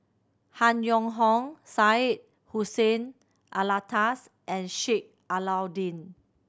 Han Yong Hong Syed Hussein Alatas and Sheik Alau'ddin